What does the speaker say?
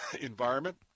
environment